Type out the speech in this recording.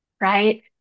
Right